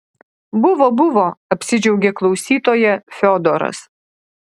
buvo buvo apsidžiaugė klausytoja fiodoras